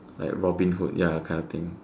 like Robin-Hood ya kind of thing